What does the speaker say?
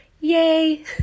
Yay